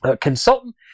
consultant